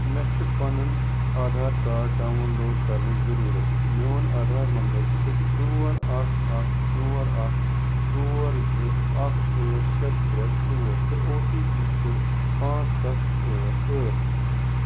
مےٚ چھُ پنُن آدھار کارڈ ڈاوُن لوڈ کرنٕچ ضروٗرت میون آدھار نمبر چھُ ژور اکھ اکھ ژور اکھ ژور زٕ اکھ ٲٹھ شےٚ ترےٚ ژور تہٕ او ٹی پی چھُ پانژھ ستھ ٲٹھ ٲٹھ